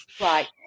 Right